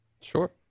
Sure